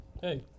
hey